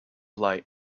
light